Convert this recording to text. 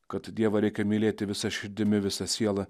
kad dievą reikia mylėti visa širdimi visa siela